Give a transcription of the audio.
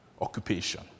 occupation